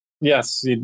Yes